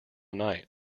night